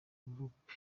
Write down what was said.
group